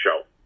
show